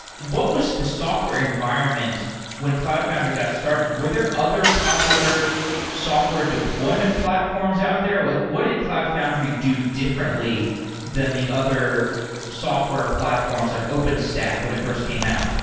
what was the software environment when cloud foundry got started? were there other popular software deployment platforms out there? what what did cloud foundry do differently than the other software platforms like openstack when it first came out?